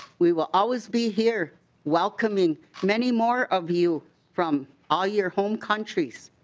we will always be here welcoming many more of you from all your home countries.